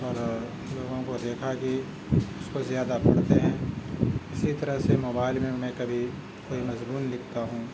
اور لوگوں کو دیکھا کہ اس کو زیادہ پڑھتے ہیں اسی طرح سے موبائل میں میں کبھی کوئی مضمون لکھتا ہوں